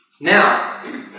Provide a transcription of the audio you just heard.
now